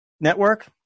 Network